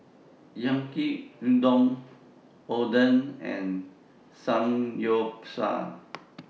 Yaki Udon Oden and Samgyeopsal